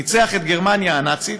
ניצח את גרמניה הנאצית,